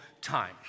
time